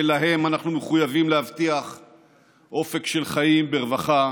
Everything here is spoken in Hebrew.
ולהם אנחנו מחויבים להבטיח אופק של חיים ברווחה,